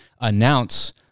announce